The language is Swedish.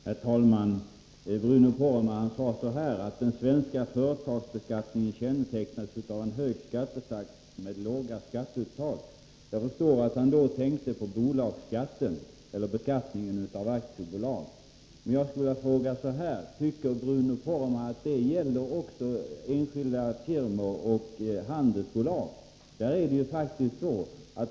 Herr talman! Bruno Poromaa sade att den svenska företagsbeskattningen kännetecknas av en hög skattesats med lågt skatteuttag. Jag förstår att han då tänkte på beskattningen av aktiebolag. Jag skulle vilja fråga: Tycker Bruno Poromaa att det gäller också för enskilda firmor och handelsbolag?